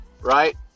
Right